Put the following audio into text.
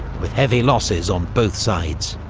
with heavy losses on both sides.